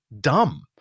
dumb